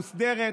מוסדרת,